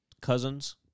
cousins